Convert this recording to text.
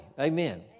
Amen